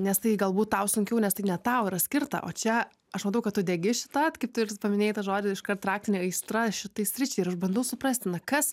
nes tai galbūt tau sunkiau nes tai ne tau yra skirta o čia aš matau kad tu degi šita kaip tu ir paminėjai tą žodį iškart raktinį aistra šitai sričiai ir aš bandau suprasti na kas